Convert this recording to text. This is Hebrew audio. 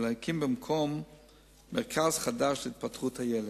ולהקים במקום מרכז חדש להתפתחות הילד,